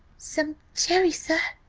some cherries, sir?